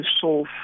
solve